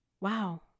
wow